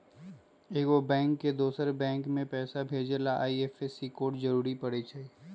एगो बैंक से दोसर बैंक मे पैसा भेजे ला आई.एफ.एस.सी कोड जरूरी परई छई